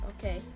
Okay